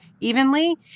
evenly